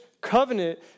covenant